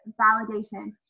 validation